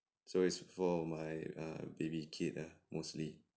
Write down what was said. so it's for my err baby kid ah mostly